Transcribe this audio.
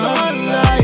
Sunlight